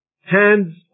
hands